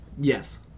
Yes